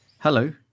Hello